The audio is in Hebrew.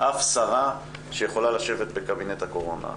אף שרה שיכולה לשבת בקבינט הקורונה.